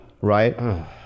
right